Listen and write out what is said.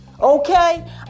Okay